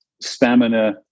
stamina